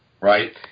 right